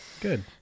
Good